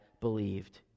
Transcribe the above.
believed